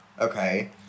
okay